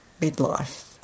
midlife